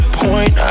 point